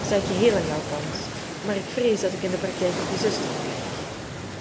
sta ik geheel aan jouw kant maar ik vrees dat ik in de praktijk op je zuster